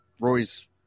Roy's